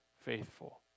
faithful